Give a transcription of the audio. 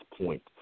point